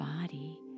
body